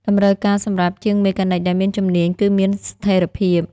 តម្រូវការសម្រាប់ជាងមេកានិកដែលមានជំនាញគឺមានស្ថេរភាព។